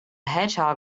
hedgehog